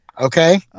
okay